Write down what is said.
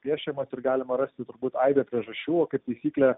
piešiamas ir galima rasti turbūt aibę priežasčių o kaip taisyklė